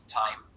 time